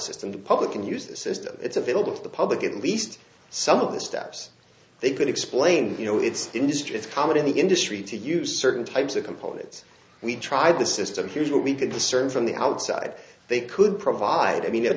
system the public can use this system it's available to the public at least some of the steps they can explain you know it's industry it's common in the industry to use certain types of components we tried the system here's what we can discern from the outside they could provide i mean i